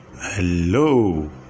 Hello